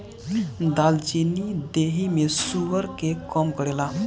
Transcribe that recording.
दालचीनी देहि में शुगर के कम करेला